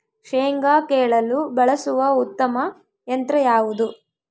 ಶೇಂಗಾ ಕೇಳಲು ಬಳಸುವ ಉತ್ತಮ ಯಂತ್ರ ಯಾವುದು?